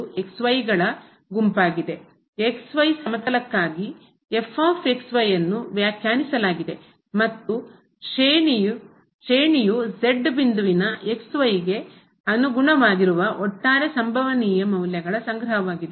x y ಸಮತಲಕ್ಕಾಗಿ ಅನ್ನು ವ್ಯಾಖ್ಯಾನಿಸಲಾಗಿದೆ ಮತ್ತು ಶ್ರೇಣಿ ಶ್ರೇಣಿಯು ಬಿಂದುವಿನ ಗೆ ಅನುಗುಣವಾಗಿ ರುವ ಒಟ್ಟಾರೆ ಸಂಭವನೀಯ ಮೌಲ್ಯಗಳ ಸಂಗ್ರಹವಾಗಿದೆ